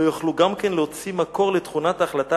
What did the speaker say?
לא יוכלו גם כן להוציא מקור לתכונת ההחלטה